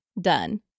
done